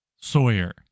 Sawyer